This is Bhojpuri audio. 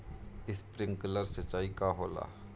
स्प्रिंकलर सिंचाई का होला?